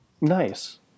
Nice